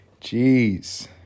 Jeez